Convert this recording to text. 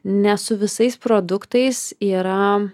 ne su visais produktais yra